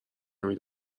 نمی